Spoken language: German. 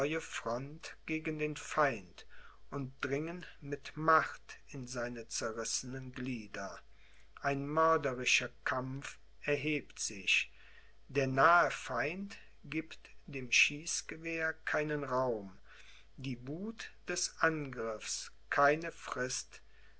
fronte gegen den feind und dringen mit macht in seine zerrissenen glieder ein mörderischer kampf erhebt sich der nahe feind gibt dem schießgewehr keinen raum die wuth des angriffs keine frist